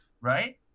Right